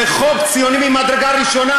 אתם נבוכים כי זה חוק ציוני ממדרגה ראשונה.